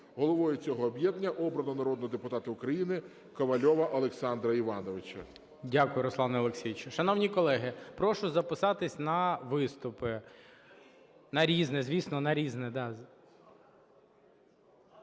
Головою цього об'єднання обрано народного депутата України Ковальова Олександра Івановича.